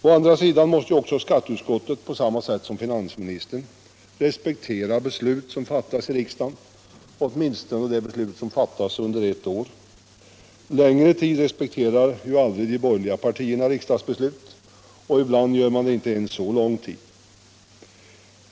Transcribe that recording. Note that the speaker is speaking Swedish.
Å andra sidan måste skatteutskottet på samma sätt som finansministern respektera beslut som fattas i riksdagen, åtminstone under ett och samma år. Längre tid respekterar ju aldrig de borgerliga partierna riksdagsbeslut —- ibland inte ens så lång tid.